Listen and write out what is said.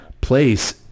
place